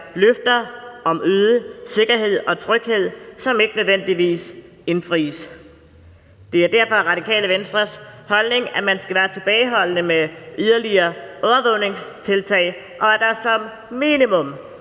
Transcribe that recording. løfter om øget sikkerhed og tryghed, som ikke nødvendigvis indfries. Det er derfor Radikale Venstres holdning, at man skal være tilbageholdende med yderligere overvågningstiltag, og at der som minimum